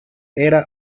era